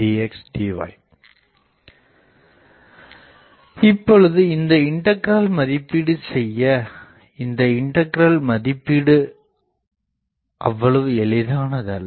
dxdy இப்போது இந்த integral மதிப்பீடு செய்ய இந்த இண்டக்கிரல் மதிப்பீடு அவ்வளவு எளிதானது அல்ல